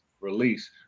release